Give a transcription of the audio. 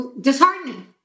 disheartening